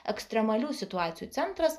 ekstremalių situacijų centras